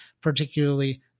particularly